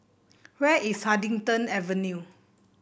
where is Huddington Avenue